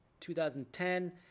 2010